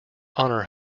honour